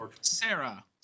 Sarah